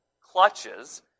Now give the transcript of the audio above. clutches